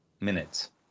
Minutes